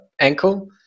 ankle